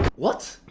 what?